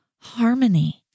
harmony